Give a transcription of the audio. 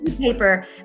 paper